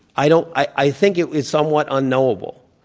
i don't i think it is somewhat unknowable.